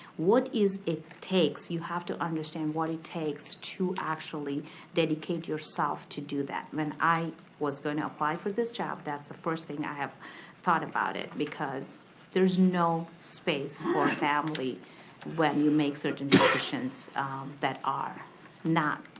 what is it takes. you have to understand what it takes to actually dedicate yourself to do that. when i was gonna apply for this job, that's the first thing i have thought about it. because there's no space for family when you make certain that are not,